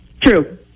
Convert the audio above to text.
true